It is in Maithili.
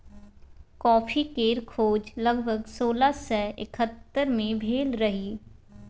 कॉफ़ी केर खोज लगभग सोलह सय एकहत्तर मे भेल रहई